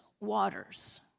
waters